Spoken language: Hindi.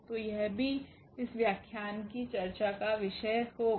तो यह भी इस व्याख्यान की चर्चा का विषय होगा